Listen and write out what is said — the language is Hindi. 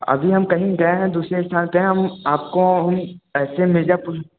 अभी हम कहीं गए हैं दूसरे स्थान पर हैं हम आपको ऐसे मिर्ज़ापुर